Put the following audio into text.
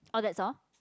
orh that's all